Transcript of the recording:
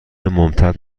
ممتد